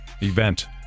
event